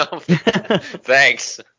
Thanks